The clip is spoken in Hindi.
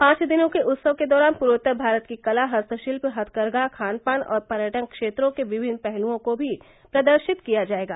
पांच दिनों के उत्सव के दौरान पूर्वोत्तर भारत की कला हस्तशिल्प हथकरघा खान पान और पर्यटन क्षेत्रों के विभिन्न पहलुओं को भी प्रदर्शित किया जाएगा